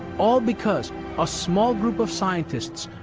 all because a small group of scientists,